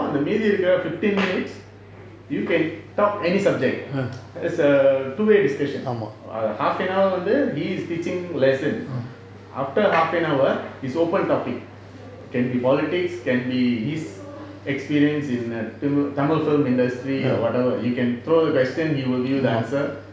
immediate மீதி இருக்குற:meethi irukura fifteen minutes you can talk any subject is a two way discussion half an hour he is teaching lesson after half an hour it's open topic can be politics can be his experience in err tamil film industry or whatever you can throw question he will give you the answer